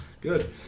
Good